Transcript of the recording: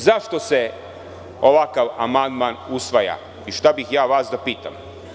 Zašto se ovakav amandman usvaja, i šta bih ja vas da pitam.